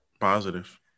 positive